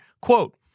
Quote